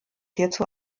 hierzu